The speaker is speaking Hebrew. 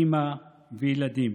אימא וילדים,